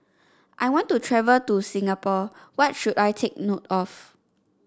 I want to travel to Singapore what should I take note of